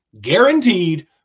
Guaranteed